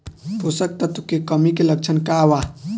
पोषक तत्व के कमी के लक्षण का वा?